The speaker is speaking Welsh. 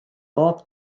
bob